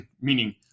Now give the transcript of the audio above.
meaning